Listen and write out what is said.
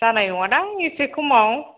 जानाय नङादां इसे खमाव